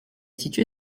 située